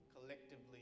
collectively